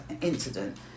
incident